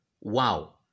Wow